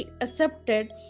accepted